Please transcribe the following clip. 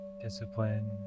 discipline